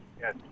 yes